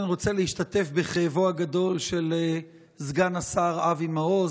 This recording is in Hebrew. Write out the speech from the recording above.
אני רוצה להשתתף בכאבו הגדול של סגן השר אבי מעוז,